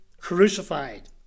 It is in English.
crucified